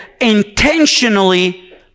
intentionally